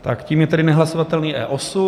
Tak tím je tedy nehlasovatelný E8.